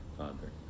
father